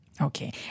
Okay